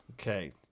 Okay